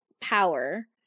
power